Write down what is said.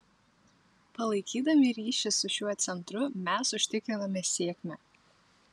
palaikydami ryšį su šiuo centru mes užsitikriname sėkmę